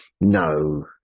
No